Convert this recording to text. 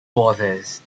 borders